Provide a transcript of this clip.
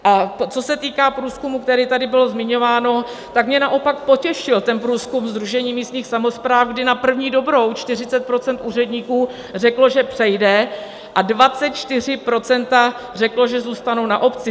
A co se týká průzkumu, který tady byl zmiňován, tak mě naopak potěšil průzkum Sdružení místních samospráv, kdy na první dobrou 40 % úředníků řeklo, že přejde, a 24 % řeklo, že zůstanou na obci.